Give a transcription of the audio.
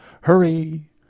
Hurry